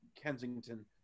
Kensington